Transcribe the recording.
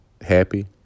happy